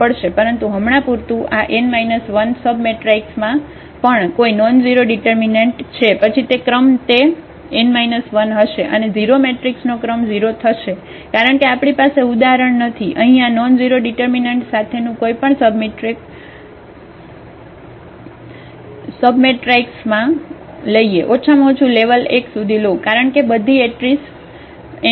પરંતુ હમણાં પૂરતું આ n 1 સબમેટ્રાઇક્સમાં પણ કોઈ નોનઝેરો ડિટર્મિનન્ટ છે પછી તે ક્રમ તે n 1 હશે અને 0 મેટ્રિક્સનો ક્રમ 0 થશે કારણ કે આપણી પાસે ઉદાહરણ નથી અહીં આ નોનઝેરો ડિટર્મિનન્ટ સાથેનું કોઈપણ સબમટ્રિક્સ લઈએ ઓછામાં ઓછું લેવલ 1 સુધી લો કારણ કે બધી એંટ્રીસ 0 છે